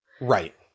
Right